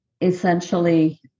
essentially